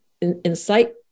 insight